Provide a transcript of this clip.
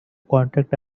contact